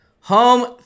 Home